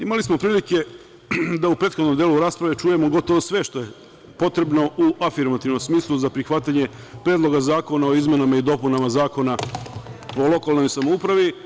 Imali smo prilike da u prethodnom delu rasprave čujemo gotovo sve što je potrebno u afirmativnom smislu za prihvatanje Predloga zakona o izmenama i dopunama Zakona o lokalnoj samoupravi.